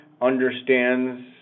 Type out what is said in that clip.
understands